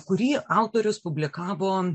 kurį autorius publikavo